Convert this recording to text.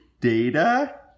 Data